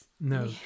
No